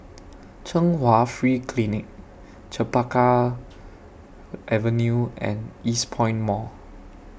Chung Hwa Free Clinic Chempaka Avenue and Eastpoint Mall